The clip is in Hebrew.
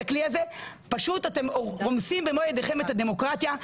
הכלי הזה אתם רומסים במו ידיכם את הדמוקרטיה,